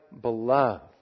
beloved